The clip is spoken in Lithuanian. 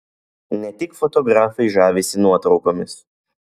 ne tik fotografai žavisi nuotraukomis